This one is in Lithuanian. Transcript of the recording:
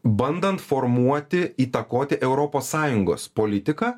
bandant formuoti įtakoti europos sąjungos politiką